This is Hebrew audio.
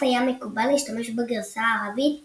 היה מקובל להשתמש בגרסה הערבית "איליא",